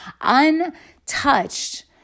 untouched